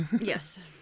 Yes